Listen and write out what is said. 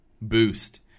boost